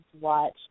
watch